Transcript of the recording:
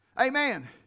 Amen